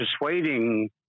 persuading